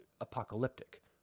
apocalyptic